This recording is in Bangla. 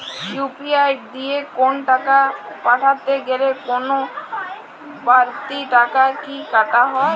ইউ.পি.আই দিয়ে কোন টাকা পাঠাতে গেলে কোন বারতি টাকা কি কাটা হয়?